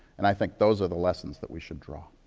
and i think those are the lessons that we should draw.